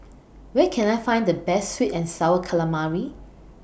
Where Can I Find The Best Sweet and Sour Calamari